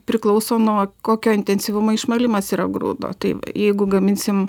priklauso nuo kokio intensyvumo išmalimas yra grūdo tai jeigu gaminsim